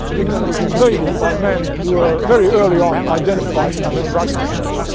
england was invaded by men who were very early on identified as the ragnarssons,